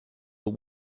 were